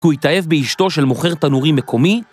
כי הוא התאהב באשתו של מוכר תנורים מקומי?